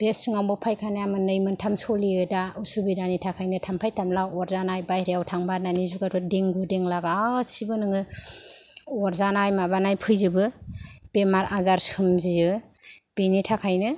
बे सिङावबो फायखानाया मोननै मोनथाम सलियो दा उसुबिदानि थाखायनो थाम्फै थामला अरजानाय बायह्रायाव थांबा होननानै सोरबाफोर देंगु देंला गासैबो नोङो अरजानाय माबानाय फैजोबो बेमार आजार सोमजियो बेनि थाखायनो